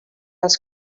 els